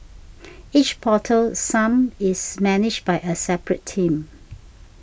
each portal sump is managed by a separate team